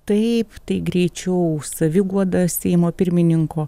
taip tai greičiau saviguoda seimo pirmininko